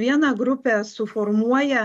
vieną grupę suformuoja